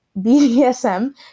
BDSM